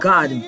God